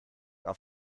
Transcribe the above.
off